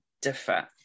differ